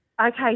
Okay